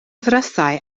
ddrysau